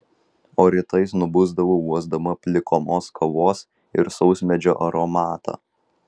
o rytais nubusdavau uosdama plikomos kavos ir sausmedžio aromatą